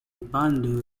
bandar